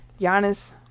Giannis